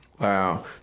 Wow